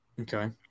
okay